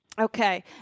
Okay